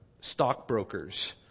stockbrokers